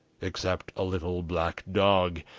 except a little black dog,